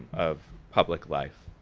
of public life.